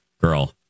Girl